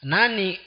Nani